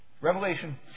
Revelation